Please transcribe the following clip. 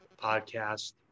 podcast